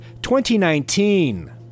2019